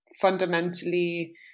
fundamentally